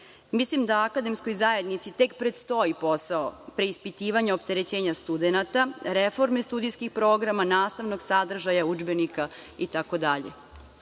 Mislim da akademskoj zajednici tek predstoji posao preispitivanja opterećenja studenata, reforme studijskih programa, nastavnog sadržaja udžbenika